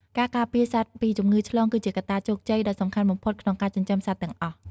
ការការពារសត្វពីជំងឺឆ្លងគឺជាកត្តាជោគជ័យដ៏សំខាន់បំផុតក្នុងការចិញ្ចឹមសត្វទាំងអស់។